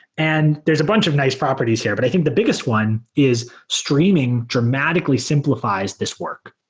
and there's a bunch of nice properties here, but i think the biggest one is streaming dramatically simplifies this work.